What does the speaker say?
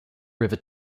river